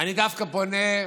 אני דווקא פונה,